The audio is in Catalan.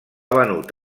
venut